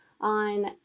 on